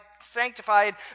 sanctified